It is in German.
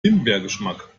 himbeergeschmack